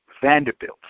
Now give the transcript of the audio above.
Vanderbilt